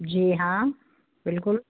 जी हाँ बिल्कुल